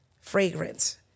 fragrance